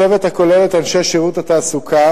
הצוות הכולל את אנשי שירות התעסוקה,